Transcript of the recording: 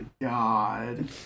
god